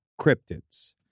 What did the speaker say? cryptids